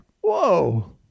whoa